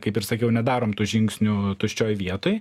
kaip ir sakiau nedarom tų žingsnių tuščioj vietoj